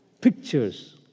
pictures